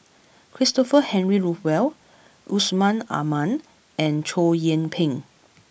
Christopher Henry Rothwell Yusman Aman and Chow Yian Ping